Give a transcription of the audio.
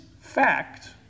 fact